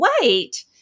wait